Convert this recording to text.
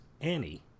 Annie